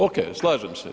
OK, slažem se.